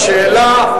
השאלה,